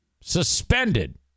suspended